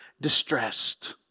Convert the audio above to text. distressed